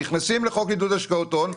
הם ייכנסו לחוק עידוד השקעות הון.